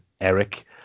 Eric